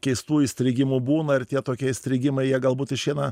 keistų įstrigimų būna ir tie tokie įstrigimai jie galbūt išeina